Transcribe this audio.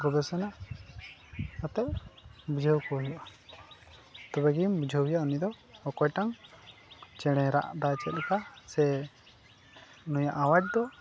ᱜᱚᱵᱮᱥᱚᱱᱟ ᱠᱚᱛᱮᱫ ᱵᱩᱡᱷᱟᱹᱣ ᱠᱚ ᱦᱩᱭᱩᱜᱼᱟ ᱛᱚᱵᱮ ᱜᱮᱢ ᱵᱩᱡᱷᱟᱹᱣᱮᱭᱟ ᱩᱱᱤ ᱫᱚ ᱚᱠᱚᱭᱴᱟᱝ ᱪᱮᱬᱮᱭ ᱨᱟᱜ ᱫᱟ ᱪᱮᱫ ᱞᱮᱠᱟ ᱥᱮ ᱱᱩᱭᱟᱜ ᱟᱣᱟᱡᱽ ᱫᱚ